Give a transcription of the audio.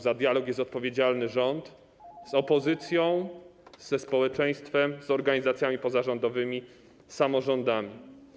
Za dialog jest odpowiedzialny rząd - dialog z opozycją, ze społeczeństwem, z organizacjami pozarządowymi, z samorządami.